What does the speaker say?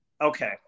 Okay